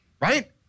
right